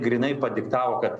grynai padiktavo kad